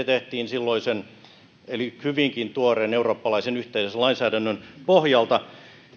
tehtiin silloisen hyvinkin tuoreen eurooppalaisen yhteisen lainsäädännön pohjalta